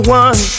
one